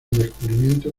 descubrimiento